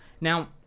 Now